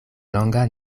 longa